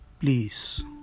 Please